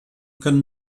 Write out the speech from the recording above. können